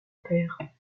père